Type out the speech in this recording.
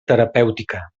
terapèutica